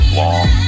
long